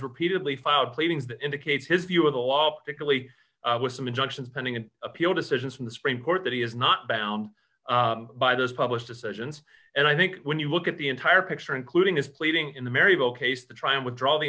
repeatedly filed pleadings indicate his view of the law particularly with some injunctions pending an appeal decision from the supreme court that he is not bound by those published decisions and i think when you look at the entire picture including his pleading in the maryville case to try and withdraw the